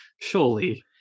surely